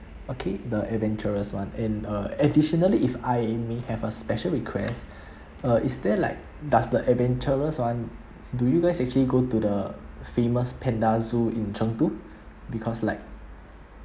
okay the adventurous one and uh additionally if I may have a special request uh is there like does the adventurous one do you guys actually go to the famous panda zoo in chengdu because like